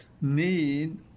need